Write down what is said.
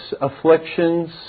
afflictions